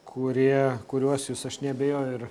kurie kuriuos jūs aš neabejoju ir